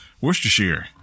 Worcestershire